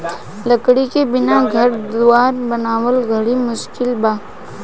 लकड़ी के बिना घर दुवार बनावल बड़ी मुस्किल बा